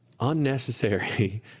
unnecessary